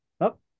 Up